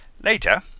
Later